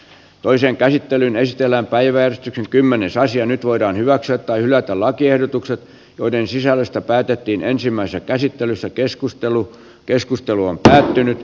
toisen käsittelyn ystävänpäivä kymmenes saisi jo nyt voidaan hyväksyä tai hylätä lakiehdotukset joiden sisällöstä päätettiin ensimmäisessä käsittelyssä keskustelu keskustelu on päättynyt